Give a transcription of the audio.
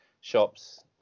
shops